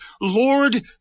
Lord